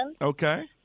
Okay